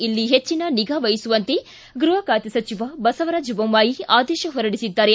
ಇಲ್ಲಿ ಹೆಚ್ಚನ ನಿಗಾ ವಹಿಸುವಂತೆ ಗೃಹ ಖಾತೆ ಸಚಿವ ಬಸವರಾಜ ಬೊಮ್ನಾಯಿ ಆದೇಶ ಹೊರಡಿಸಿದ್ದಾರೆ